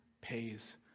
pays